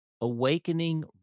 Awakening